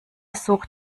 such